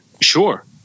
sure